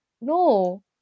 No